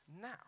now